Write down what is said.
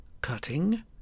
Cutting